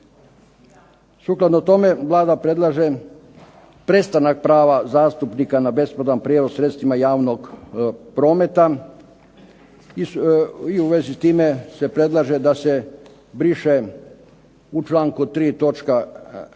Sukladno tome Vlada predlaže prestanak prava zastupnika na besplatan prijevoz sredstvima javnog prometa i u vezi s time se predlaže da se briše u članku 3.